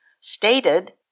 stated